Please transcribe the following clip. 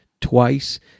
twice